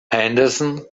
henderson